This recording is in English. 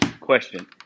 question